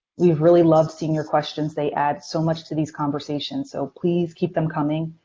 we've really loved seeing your questions. they add so much to these conversations. so please keep them coming.